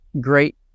Great